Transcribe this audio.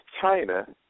China